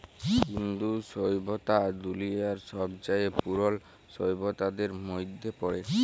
ইন্দু সইভ্যতা দুলিয়ার ছবচাঁয়ে পুরল সইভ্যতাদের মইধ্যে পড়ে